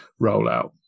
rollout